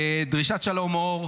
דרישת שלום, אור.